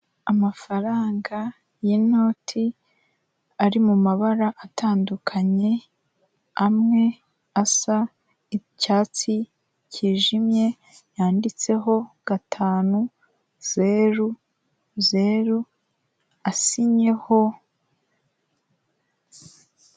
Amafaranga y'inoti ari mu mabara atandukanye, amwe asa icyatsi kijimye, yanditseho gatanu zeru zeru asinyeho.